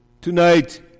tonight